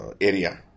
area